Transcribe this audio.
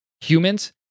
humans